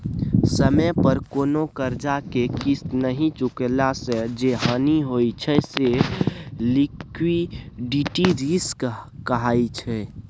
समय पर कोनो करजा केँ किस्त नहि चुकेला सँ जे हानि होइ छै से लिक्विडिटी रिस्क कहाइ छै